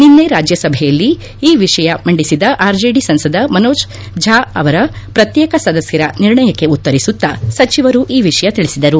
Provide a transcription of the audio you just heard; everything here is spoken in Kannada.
ನಿನ್ನೆ ರಾಜ್ಯ ಸಭೆಯಲ್ಲಿ ಈ ವಿಷಯ ಮಂಡಿಸಿದ ಆರ್ಜೆಡಿ ಸಂಸದ ಮನೋಜ್ ಝಾ ಅವರ ಪ್ರತ್ಯೇಕ ಸದಸ್ಕರ ನಿರ್ಣಯಕ್ಕೆ ಉತ್ತರಿಸುತ್ತಾ ಸಚಿವರು ಈ ವಿಷಯ ತಿಳಿಸಿದರು